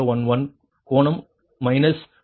0011 கோணம் கழித்து 2